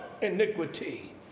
iniquity